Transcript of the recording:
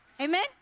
Amen